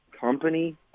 company